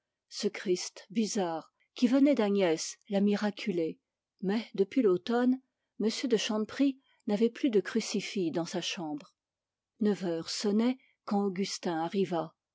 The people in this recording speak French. ce christ bizarre qui venait d'agnès la miraculée mais depuis l'automne m de chanteprie n'avait plus de crucifix dans sa chambre neuf heures sonnaient quand augustin arriva